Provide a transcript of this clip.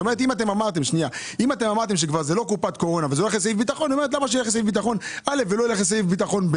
אם אמרתם שזה לא קופת קורונה ולא ילך לסעיף ביטחון,